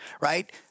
right